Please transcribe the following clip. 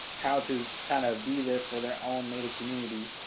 how to kind of be there for their own native community.